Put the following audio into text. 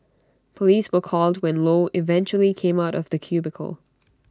Police were called when low eventually came out of the cubicle